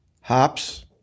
Hops